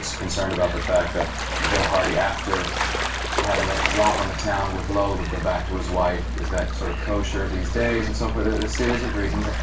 concerned about the fact that joe hardy, after having a romp on the town with lola would go back to his wife. is that sort of kosher these days? and so forth, a series of reasons.